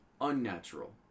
unnatural